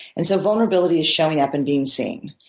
and so vulnerability is showing up and being seen.